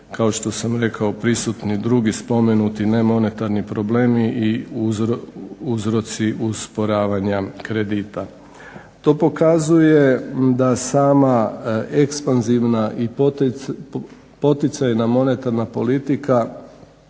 kao što sam rekao prisutni drugi spomenuti, nemonetarni problemi i uzroci usporavanja kredita. To pokazuje da sama ekspanzivna i poticajna monetarna politika